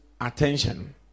attention